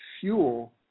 fuel